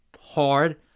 Hard